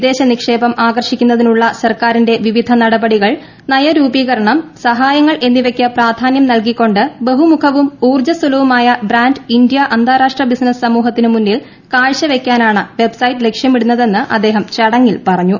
വിദേശ നിക്ഷേപം ആകർഷിക്കുന്നതിനുള്ള സർക്കാരിന്റെ വിവിധ നടപടികൾ നയരൂപീകരണം സഹായങ്ങൾ എന്നിവയ്ക്ക് പ്രാധാന്യം നൽകിക്കൊണ്ട് ബഹു മുഖവും ഊർജ്ജസ്വലമായ ബ്രാൻഡ് ഇന്ത്യ അന്താരാഷ്ട്ര ബിസിനസ് സമൂഹത്തിനുമു്ന്നിൽ കാഴ്ചവയ്ക്കാൻ ആണ് വെബ്സൈറ്റ് ലക്ഷ്യമിടുന്നതെന്ന് അദ്ദേഹം ചടങ്ങിൽ പറഞ്ഞു